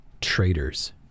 Traitors